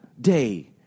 day